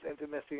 Intimacy